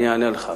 אני אענה לך.